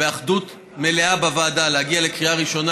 באחדות מלאה בוועדה כדי להגיע לקריאה ראשונה